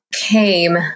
came